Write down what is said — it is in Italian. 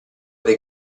dei